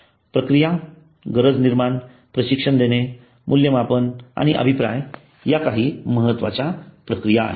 प्रक्रिया गरज निर्माण प्रशिक्षण देणे मूल्यमापन आणि अभिप्राय या काही महत्त्वाच्या प्रक्रिया आहेत